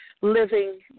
living